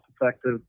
effective